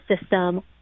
system